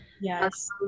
yes